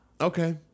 Okay